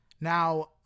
Now